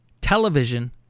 television